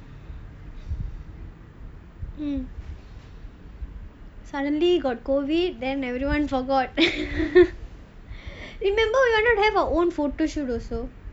mm suddenly got COVID then everyone forgot remember we wanted to have our own photoshoot also